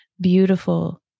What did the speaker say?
beautiful